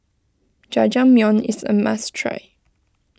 Jajangmyeon is a must try